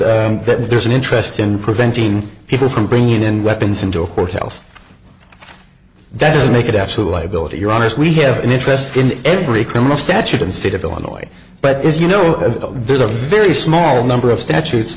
that there's an interest in preventing people from bringing in weapons into a courthouse that does make it absolutely ability your honour's we have an interest in every criminal statute in the state of illinois but as you know there's a very small number of statutes